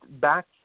back